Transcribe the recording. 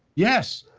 yes,